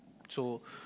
so